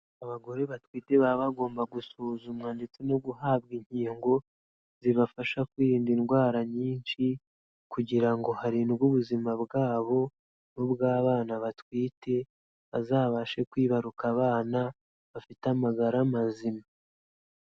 Abagore batwite baba bagomba gusuzumwa ndetse no guhabwa inkingo, zibafasha kwirinda indwara nyinshi kugira ngo harindwe ubuzima bwabo n'ubw'abana batwite, bazabashe kwibaruka abana bafite amagara mazima.